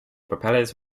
propellers